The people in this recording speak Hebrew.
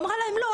אמרה להם לא,